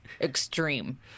extreme